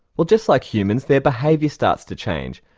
well just like humans, their behaviour starts to change,